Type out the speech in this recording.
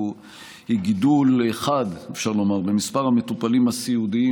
היא גידול חד במספר המטופלים הסיעודיים,